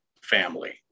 family